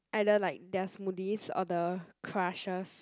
either like their smoothies or the crushers